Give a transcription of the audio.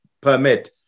permit